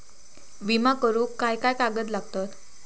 विमा करुक काय काय कागद लागतत?